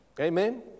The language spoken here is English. Amen